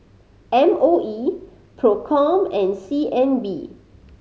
M O E Procom and C N B